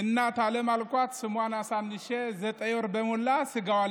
(אומר דברים באמהרית ומתרגמם:) זאת אומרת,